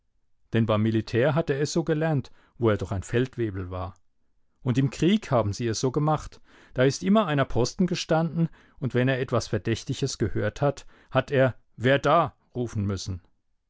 denn beim militär hat er es so gelernt wo er doch ein feldwebel war und im krieg haben sie es so gemacht da ist immer einer posten gestanden und wenn er etwas verdächtiges gehört hat hat er wer da rufen müssen